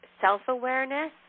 self-awareness